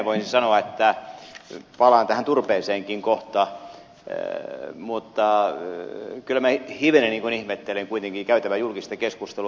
voisin sanoa että palaan turpeeseenkin kohta kyllä minä hivenen ihmettelen kuitenkin käytävää julkista keskustelua